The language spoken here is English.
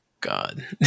God